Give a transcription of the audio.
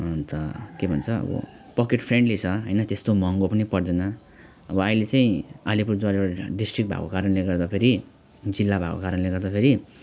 अन्त के भन्छ पकेट फ्रेन्डली छ होइन त्यस्तो महँगो पनि पर्दैन अब अहिले चाहिँ अलिपुरद्वार डिस्ट्रिक्ट भएको कारणले गर्दा फेरि जिल्ला भएको कारणले गर्दा फेरि